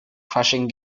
crushing